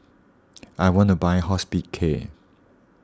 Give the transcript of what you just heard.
I want to buy Hospicare